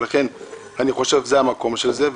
לכן אני חושב שזה המקום של זה.